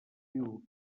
viudo